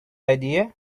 idea